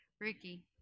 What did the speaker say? Ricky